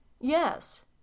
Yes